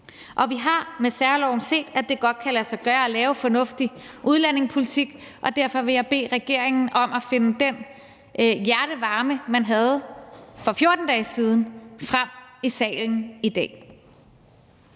Og vi har med særloven set, at det godt kan lade sig gøre at lave fornuftig udlændingepolitik, og derfor vil jeg bede regeringen om at finde den hjertevarme, man havde for 14 dage siden, frem i salen i dag.